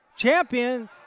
Champion